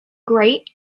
grate